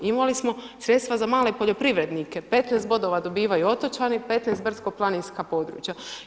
Imali smo sredstva za male poljoprivrednike, 15 dobivaju otočani, 15 brdsko-planinska područja.